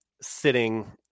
sitting